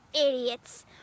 idiots